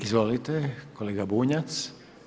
Izvolite, kolega Bunjac.